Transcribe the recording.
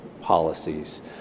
policies